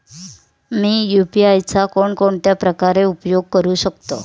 मी UPI चा कोणकोणत्या प्रकारे उपयोग करू शकतो?